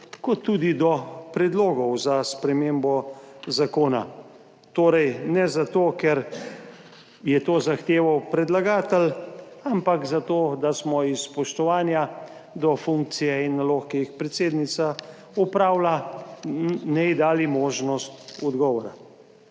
kot tudi do predlogov za spremembo zakona. Torej ne zato, ker je to zahteval predlagatelj, ampak zato, da smo iz spoštovanja do funkcije in nalog, ki jih predsednica opravlja, njej dali možnost odgovora.